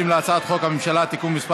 חוק-יסוד: הממשלה (תיקון מס'